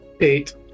Eight